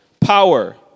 power